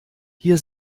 hier